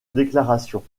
déclaration